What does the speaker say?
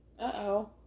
Uh-oh